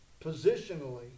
Positionally